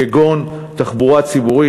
כגון תחבורה ציבורית,